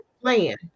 plan